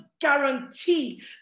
guarantee